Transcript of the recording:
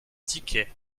tickets